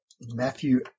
Matthew